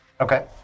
Okay